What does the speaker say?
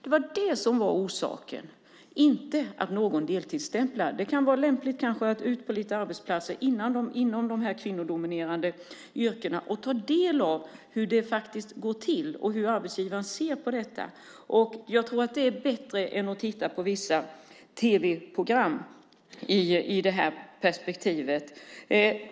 Det var det som var orsaken, inte att någon deltidsstämplade. Det kan vara lämpligt att gå ut på några arbetsplatser inom de här kvinnodominerade yrkena och ta del av hur det faktiskt går till och hur arbetsgivaren ser på detta. Jag tror att det är bättre än att titta på vissa tv-program i det här perspektivet.